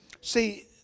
See